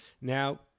Now